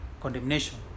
condemnation